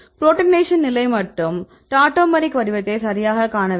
protonation நிலை மற்றும் tautomeric வடிவத்தை சரியாகக் காண வேண்டும்